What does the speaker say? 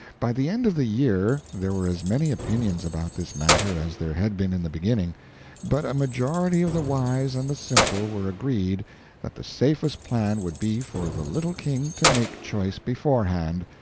by the end of the year there were as many opinions about this matter as there had been in the beginning but a majority of the wise and the simple were agreed that the safest plan would be for the little king to make choice beforehand,